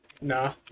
Nah